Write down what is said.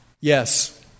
Yes